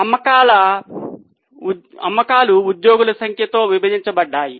అమ్మకాలు ఉద్యోగుల సంఖ్యతో విభజించబడ్డాయి